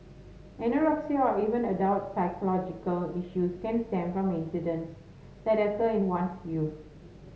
anorexia or even adult psychological issues can stem from incidence that occur in one's youth